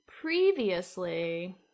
previously